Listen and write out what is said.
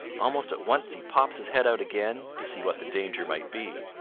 almost at once he pops his head out again to see what the danger may be.